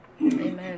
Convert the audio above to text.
Amen